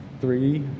Three